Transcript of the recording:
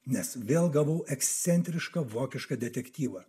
nes vėl gavau ekscentrišką vokišką detektyvą